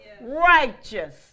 righteous